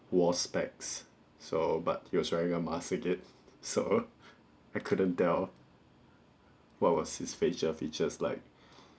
wore specs so but he was wearing a mask again so I couldn't tell what was his facial features like